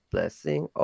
Blessing